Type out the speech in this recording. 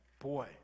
Boy